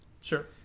Sure